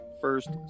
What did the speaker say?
first